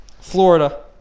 Florida